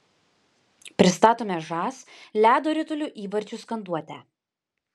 pristatome žas ledo ritulio įvarčių skanduotę